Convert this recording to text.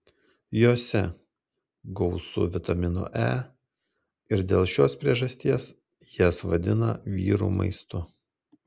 jose gausu vitamino e ir dėl šios priežasties jas vadina vyrų maistu